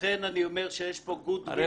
לכן אני אומר שיש פה גוד וויל טוב,